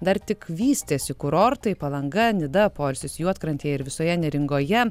dar tik vystėsi kurortai palanga nida poilsis juodkrantėje ir visoje neringoje